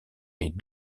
les